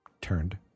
turned